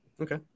okay